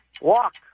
Walk